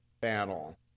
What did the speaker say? battle